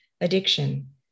addiction